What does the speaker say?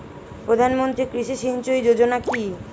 প্রধানমন্ত্রী কৃষি সিঞ্চয়ী যোজনা কি?